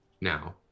now